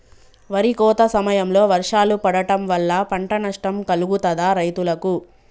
వరి కోత సమయంలో వర్షాలు పడటం వల్ల పంట నష్టం కలుగుతదా రైతులకు?